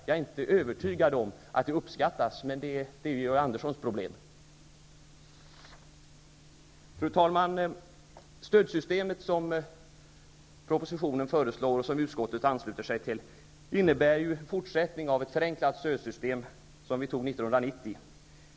Jag är inte övertygad om att det uppskattas, men det är Fru talman! Stödsystemet som föreslås i propositionen och som utskottet ansluter sig till innebär en fortsättning av ett förenklat stödsystem, som vi fattade beslut om år 1990.